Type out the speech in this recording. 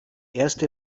erste